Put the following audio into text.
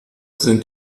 sind